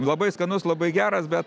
labai skanus labai geras bet